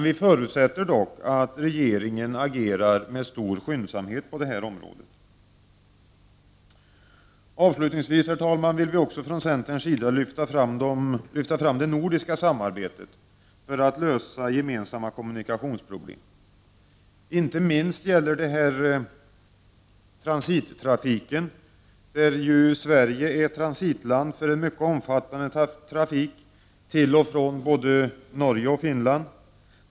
Vi förutsätter dock att regeringen agerar med stor skyndsamhet på detta område. Avslutningsvis vill vi också från centerns sida lyfta fram det nordiska samarbetet för att lösa gemensamma kommunikationsproblem. Inte minst gäller detta transittrafiken. Sverige är transitland för en mycket omfattande trafik till och från både Norge och Finland.